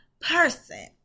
person